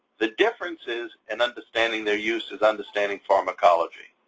the difference is, in understanding their use is understanding pharmacology.